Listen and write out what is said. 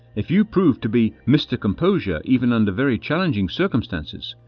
if you prove to be mr. composure even under very challenging circumstances,